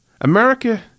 America